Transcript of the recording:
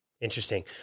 Interesting